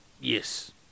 Yes